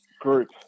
group